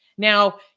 Now